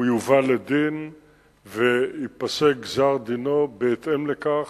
הוא יובא לדין וייפסק דינו בהתאם לכך,